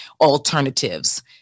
alternatives